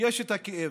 יש את הכאב,